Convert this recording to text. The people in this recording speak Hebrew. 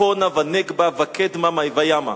צפנה ונגבה וקדמה וימה".